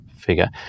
figure